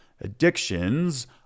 Addictions